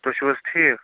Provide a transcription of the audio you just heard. تُہۍ چھِوٕ حظ ٹھیٖک